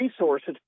resources